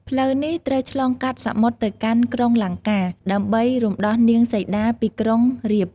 ផ្លូវនេះត្រូវឆ្លងកាត់សមុទ្រទៅកាន់ក្រុងលង្កា ដើម្បីរំដោះនាងសីតាពីក្រុងរាពណ៍។